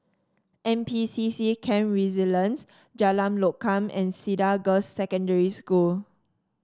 N P C C Camp Resilience Jalan Lokam and Cedar Girls' Secondary School